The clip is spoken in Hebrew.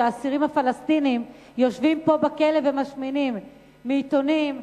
כשהאסירים הפלסטינים יושבים פה בכלא ומשמינים מעיתונים,